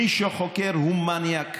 מי שחוקר הוא מניאק,